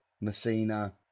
Messina